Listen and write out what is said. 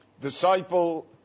disciple